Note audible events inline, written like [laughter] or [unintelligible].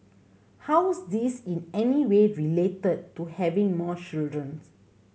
how's this in any way related to having more children [unintelligible]